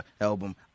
album